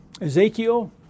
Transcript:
Ezekiel